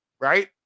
right